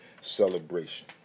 celebration